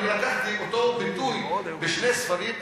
אני לקחתי את אותו ביטוי בשני ספרים,